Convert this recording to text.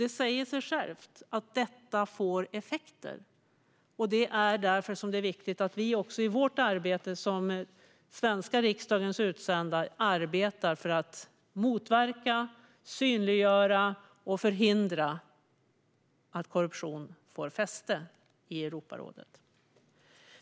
Det säger sig självt att detta får effekter, och det är därför som det är viktigt att vi i vårt arbete som den svenska riksdagens utsända i Europarådet arbetar för att motverka, synliggöra och förhindra att korruption får fäste.